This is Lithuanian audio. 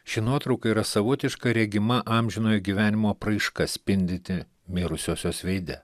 ši nuotrauka yra savotiška regima amžinojo gyvenimo apraiška spindinti mirusiosios veide